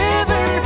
River